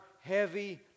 heavy